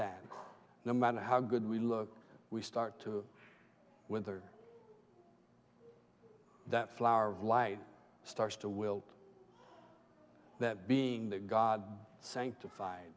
that no matter how good we look we start to wither that flower of life starts to wilt that being that god sanctif